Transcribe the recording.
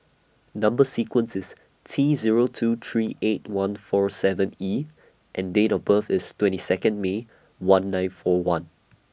Number sequence IS T Zero two three eight one four seven E and Date of birth IS twenty Second May one nine four one